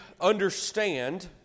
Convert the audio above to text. understand